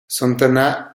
santana